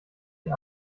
die